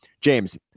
James